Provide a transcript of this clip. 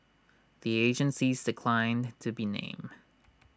the agencies declined to be named